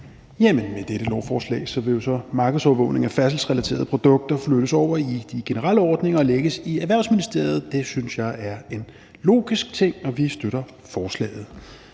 Med dette lovforslag skal markedsovervågningen af færdselsrelaterede produkter jo så flyttes over i de generelle ordninger og lægges i Erhvervsministeriet. Det synes jeg er en logisk ting, og vi støtter forslaget.